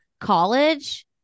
college